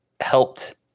helped